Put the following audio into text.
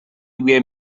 were